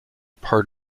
part